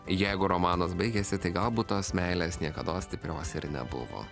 jeigu romanas baigėsi tai gal būt tos meilės niekados stiprios ir nebuvo